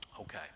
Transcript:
Okay